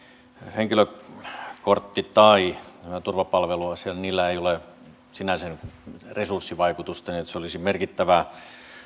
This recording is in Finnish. henkilökortti tai turvapalveluasioilla ei ole sinänsä resurssivaikutusta niin että se olisi merkittävää